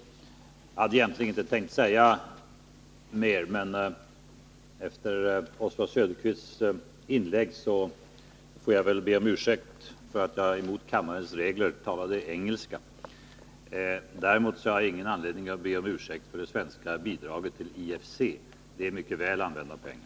Jag hade egentligen inte tänkt säga mer. Men efter Oswald Söderqvists inlägg får jag väl be om ursäkt för att jag mot kammarens regler talade engelska. Däremot har jag ingen anledning att be om ursäkt för det svenska bidraget till IFC. Det är mycket väl använda pengar.